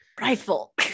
Rifle